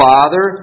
Father